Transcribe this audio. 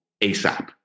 ASAP